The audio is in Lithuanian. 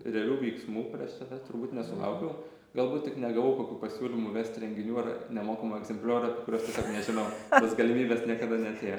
realių veiksmų prieš save turbūt nesulaukiau galbūt tik negavau kokių pasiūlymų vesti renginių ar nemokamų egzempliorių apie kuriuos taip pat nežinau tos galimybės niekada neatėjo